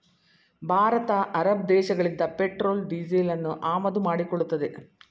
Bharat Arab ದೇಶಗಳಿಂದ petrol ಡೀಸೆಲನ್ನು ಆಮದು ಮಾಡಿಕೊಳ್ಳುತ್ತದೆ